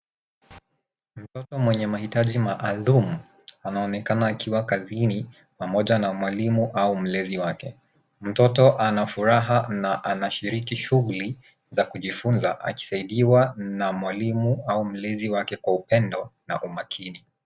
Mtoto mwenye mahitaji maalum anaonekana akiwa kazini pamoja na mwalimu au mlezi wake. Mtoto ana furaha na anashiriki shuguli za kujifunza akisaidiwa na mwalimu au mlezi wake kwa upendo na umakini.